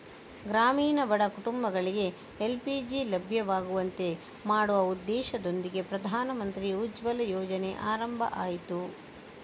ಗ್ರಾಮೀಣ ಬಡ ಕುಟುಂಬಗಳಿಗೆ ಎಲ್.ಪಿ.ಜಿ ಲಭ್ಯವಾಗುವಂತೆ ಮಾಡುವ ಉದ್ದೇಶದೊಂದಿಗೆ ಪ್ರಧಾನಮಂತ್ರಿ ಉಜ್ವಲ ಯೋಜನೆ ಆರಂಭ ಆಯ್ತು